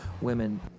women